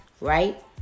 right